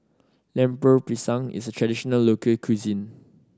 Lemper Pisang is a traditional local cuisine